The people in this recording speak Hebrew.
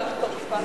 פג תוקפה.